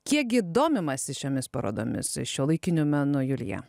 kiek gi domimasi šiomis parodomis šiuolaikiniu menu julija